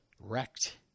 wrecked